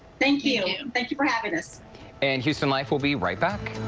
thank you thank you for having us and houston life will be right back.